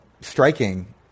striking